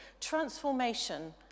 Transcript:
transformation